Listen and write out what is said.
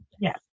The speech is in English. Yes